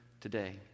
today